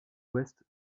ouest